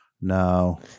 No